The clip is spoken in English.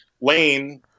Lane